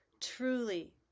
Truly